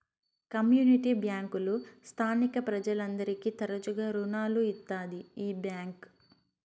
community బ్యాంకులు స్థానిక ప్రజలందరికీ తరచుగా రుణాలు ఇత్తాది ఈ బ్యాంక్